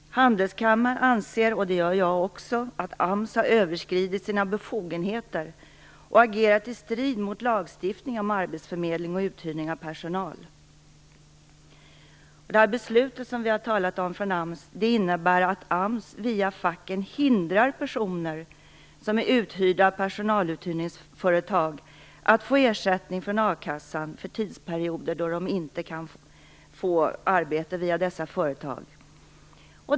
Handelskammaren anser, vilket jag också gör, att AMS har överskridit sina befogenheter och agerat i strid mot lagstiftningen om arbetsförmedling och uthyrning av personal. Detta beslut från AMS innebär att AMS via facken hindrar personer som är uthyrda av personaluthyrningsföretag att få ersättning från a-kassan för tidsperioder då de inte kan få arbete via dessa företag.